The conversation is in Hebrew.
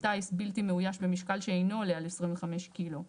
בלתי מאויש, במשקל שאינו עולה על 25 ק"ג: